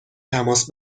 تماس